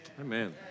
Amen